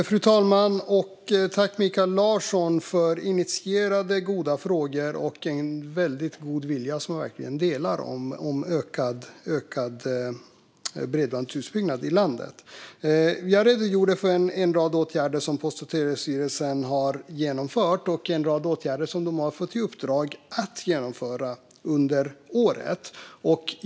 Fru talman! Jag tackar Mikael Larsson för initierade och bra frågor och en väldigt god vilja, som jag verkligen delar, om ökad bredbandsutbyggnad i landet. Jag redogjorde för en rad åtgärder som Post och telestyrelsen har genomfört och en rad åtgärder som de har fått i uppdrag att genomföra under året.